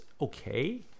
okay